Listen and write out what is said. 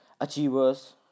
Achievers